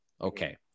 Okay